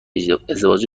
ازدواج